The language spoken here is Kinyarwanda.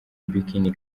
bikini